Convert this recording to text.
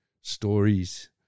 stories